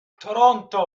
toronto